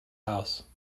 house